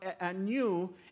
anew